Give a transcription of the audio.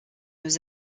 nous